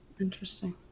interesting